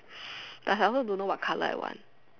I also don't know what colour I want